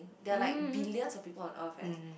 there are like billions of people on Earth eh